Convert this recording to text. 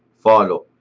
follow.